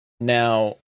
now